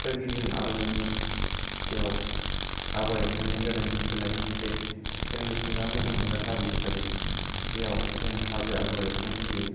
सोरगिदिं आर'नाइनि बेयाव आगर एरखांनायानो जादों मिथिंगानि मोनसे जों मिथिंगा मोजां मोनग्रा हारि हिसाबै बेयाव जोङो हाजो आगर एरखांनाय जायो